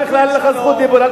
בכלל אין לך זכות דיבור.